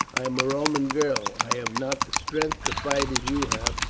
i am a roman girl. i have not the strength to fight as you have,